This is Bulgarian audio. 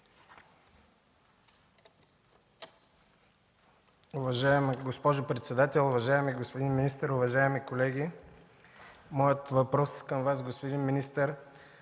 Уважаема госпожо председател, уважаеми господин министър, уважаеми колеги! Моят въпрос към Вас, господин министър,